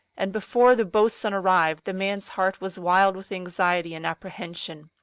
and before the boatswain arrived the man's heart was wild with anxiety and apprehension.